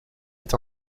est